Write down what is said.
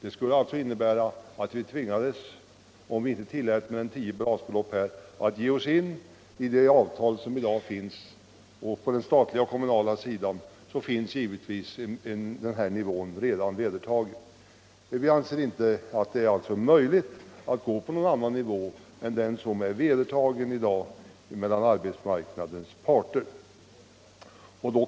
Om vi inte tillät mer än tio basbelopp, skulle vi tvingas att ge oss in på de avtal som i dag finns. På den statliga och kommunala sidan är den nivån redan vedertagen. Vi anser det alltså inte möjligt att fastställa en annan nivå än den som är vedertagen i avtal mellan arbetsmarknadens parter.